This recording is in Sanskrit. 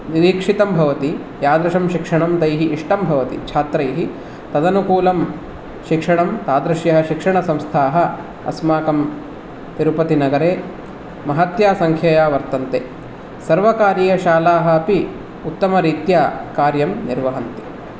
निरीक्षितं भवति यादृशं शिक्षणं तैः इष्टं भवति छात्रैः तदनुकूलं शिक्षणं तादृश्यः शिक्षणसंस्थाः अस्माकं तिरुपतिनगरे महत्या सङ्ख्यया वर्तन्ते सर्वकारीयशालाः अपि उत्तमरीत्या कार्यं निर्वहन्ति